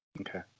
Okay